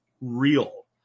real